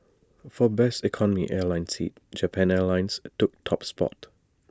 for best economy class airline seat Japan airlines took top spot